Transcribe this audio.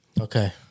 Okay